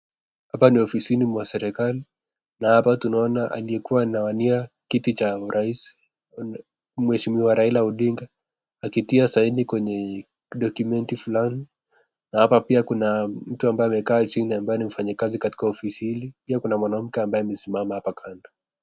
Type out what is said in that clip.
Hapa ni ofisini mwa serikali na hapa tunaona aliyekuwa akuania kiti cha urais mheshimiwa Raila Odinga, akiti saini kwenye dokiumenti fulani, nahapa pia kuna mtu ambaye amekaa chini ambaye ni mfanyi kazi katika ofisi hili, pia kuna mwanamke ambaye amkaa hapa kando.